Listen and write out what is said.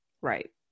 Right